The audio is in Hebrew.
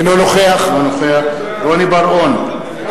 אינו נוכח רוני בר-און,